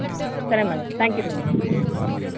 సరే madam thank you madam